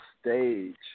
stage